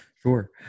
Sure